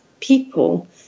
people